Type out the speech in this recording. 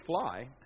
fly